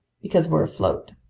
because we're afloat.